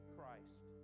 Christ